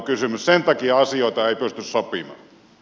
sen takia asioita ei pysty sopimaan